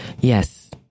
Yes